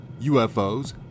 UFOs